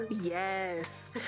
yes